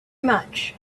much